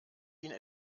ihnen